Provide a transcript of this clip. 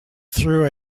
through